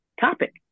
topic